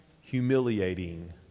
humiliating